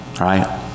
right